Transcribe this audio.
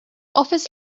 office